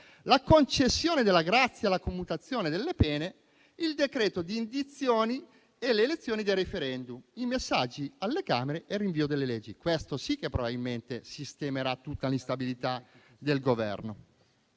la concessione della grazia, la commutazione delle pene, il decreto di indizione delle elezioni e dei *referendum*, i messaggi alle Camere e il rinvio delle leggi. Questo sì che probabilmente sistemerà tutta l'instabilità del Governo.